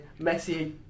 Messi